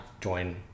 join